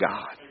God